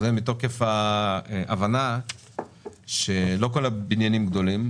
זה מתוקף ההבנה שלא כל הבניינים גדולים,